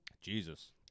jesus